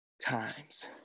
times